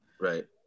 right